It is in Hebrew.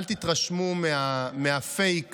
אל תתרשמו מהפייק